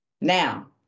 Now